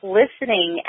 listening